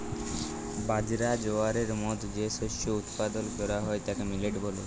বাজরা, জয়ারের মত যে শস্য উৎপাদল ক্যরা হ্যয় তাকে মিলেট ব্যলে